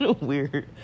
weird